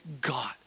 God